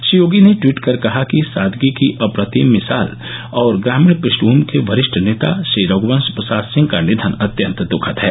श्री योगी ने ट्वीट कर के कहा कि सादगी की अप्रतिम मिसाल और ग्रामीण पृष्ठभूमि के वरिष्ठ नेता श्री रघुवंश प्रसाद सिंह का निधन अत्यन्त द्खद है